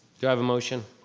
do i have a motion?